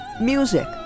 music